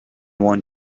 want